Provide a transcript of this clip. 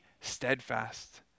steadfast